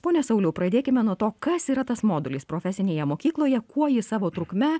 pone sauliau pradėkime nuo to kas yra tas modulis profesinėje mokykloje kuo jis savo trukme